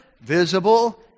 visible